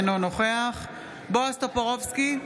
אינו נוכח בועז טופורובסקי,